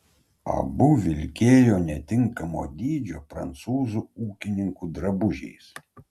abu vilkėjo netinkamo dydžio prancūzų ūkininkų drabužiais